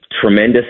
tremendous